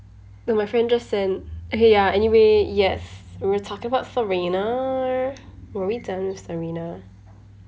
no my friend just sent okay ya anyway yes we're talking about serena were we done with serena